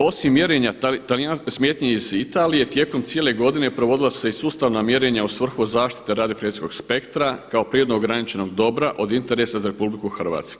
Osim mjerenja smetnji iz Italije tijekom cijele godine provodila su se i sustavna mjerenja u svrhu zaštite radio frekvencijskog spektra kao prirodno ograničenog dobra od interesa za RH.